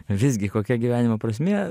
visgi kokia gyvenimo prasmė